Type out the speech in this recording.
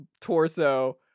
torso